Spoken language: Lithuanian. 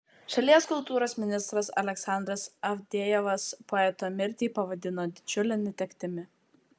šalies kultūros ministras aleksandras avdejevas poeto mirtį pavadino didžiule netektimi